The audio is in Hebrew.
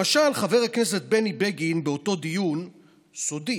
למשל, חבר הכנסת בני בגין באותו דיון סודי